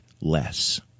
less